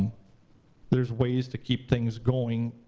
there's ways to keep things going,